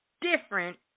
different